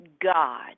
God